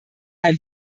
herrn